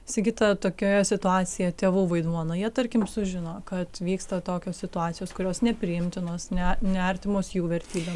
sigita tokioje situacijoje tėvų vaidmuo nu jie tarkim sužino kad vyksta tokios situacijos kurios nepriimtinos ne neartimos jų vertybėm